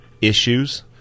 issues –